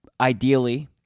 Ideally